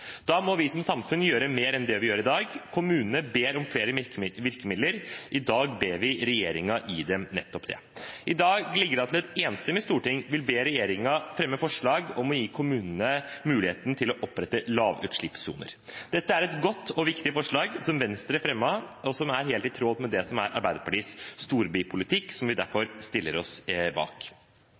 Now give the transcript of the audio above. Da må vi som samfunn gjøre mer enn det vi gjør i dag. Kommunene ber om flere virkemidler. I dag ber vi regjeringen gi dem nettopp det. I dag ligger det an til at et enstemmig storting vil be regjeringen fremme forslag om å gi kommunene muligheten til å opprette lavutslippssoner. Dette er et godt og viktig forslag som Venstre fremmet, og som er helt i tråd med det som er Arbeiderpartiets storbypolitikk, som vi derfor stiller oss bak.